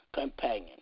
companion